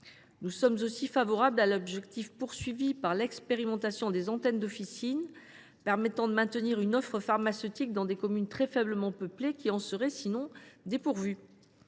Nous sommes aussi favorables à l’expérimentation des antennes d’officine, en vue de maintenir une offre pharmaceutique dans des communes très faiblement peuplées qui en seraient, sinon, dépourvues.